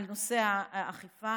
על נושא האכיפה.